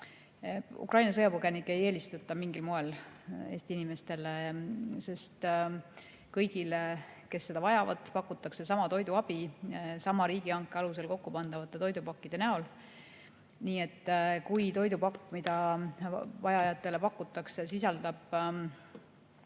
Ukraina sõjapõgenikke ei eelistata mingil moel Eesti inimestele, sest kõigile, kes seda vajavad, pakutakse sama toiduabi sama riigihanke alusel kokkupandavate toidupakkidena. Nii et kui toidupakk, mida vajajatele pakutakse, sisaldab